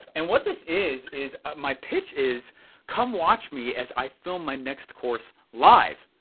and what this is is my pitch is come watch me as i film my next course live,